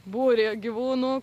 būrį gyvūnų